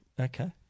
Okay